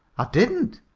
i didn't,